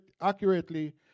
accurately